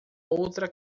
outra